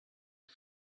the